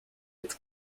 its